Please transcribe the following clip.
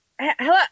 hello